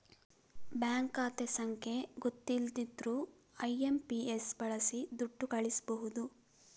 bank ಖಾತೆ ಸಂಖ್ಯೆ ಗೊತ್ತಿಲ್ದಿದ್ರೂ ಐ.ಎಂ.ಪಿ.ಎಸ್ ಬಳಸಿ ದುಡ್ಡು ಕಳಿಸ್ಬಹುದು